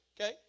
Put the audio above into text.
Okay